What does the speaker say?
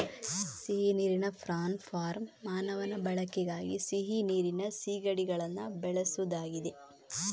ಸಿಹಿ ನೀರಿನ prawn farm ಮಾನವನ ಬಳಕೆಗಾಗಿ ಸಿಹಿ ನೀರಿನ ಸೀಗಡಿಗಳನ್ನ ಬೆಳೆಸುದಾಗಿದೆ